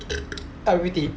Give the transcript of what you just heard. I_P_P_T